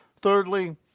Thirdly